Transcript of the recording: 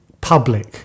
public